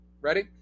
Ready